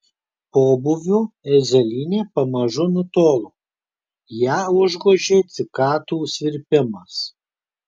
pobūvio erzelynė pamažu nutolo ją užgožė cikadų svirpimas